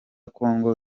kongo